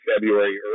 February